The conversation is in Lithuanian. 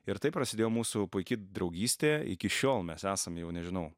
ir taip prasidėjo mūsų puiki draugystė iki šiol mes esam jau nežinau